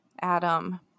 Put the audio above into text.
Adam